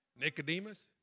Nicodemus